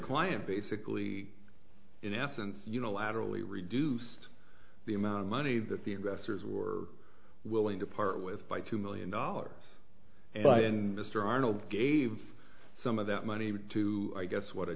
client basically in essence unilaterally reduced the amount of money that the investors were willing to part with by two million dollars but in mr arnold gave some of that money to i guess what